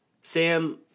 Sam